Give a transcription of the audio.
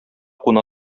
куна